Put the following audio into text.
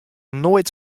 noait